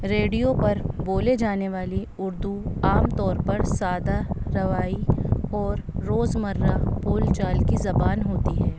radio پر بولے جانے والی اردو عام طور پر سادہ روائی اور روزمرہ بول چال کی زبان ہوتی ہے